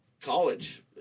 college